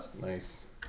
Nice